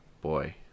Boy